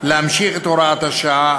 להמשיך את הוראת השעה,